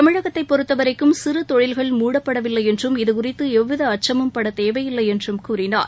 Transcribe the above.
தமிழகத்தை பொறுத்தவரைக்கும் சிறு தொழில்கள் மூடப்படவில்லை என்றும் இதுகுறித்து எவ்வித அச்சமும் படத்தேவையில்லை என்றும் கூறினார்